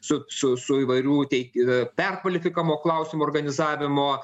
su su įvairių tei perkvalifikavo klausimų organizavimo